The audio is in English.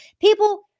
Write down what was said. People